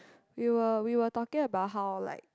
we were we were talking about how like